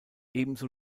ebenso